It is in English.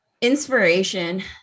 inspiration